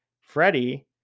Freddie